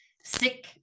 sick